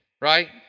right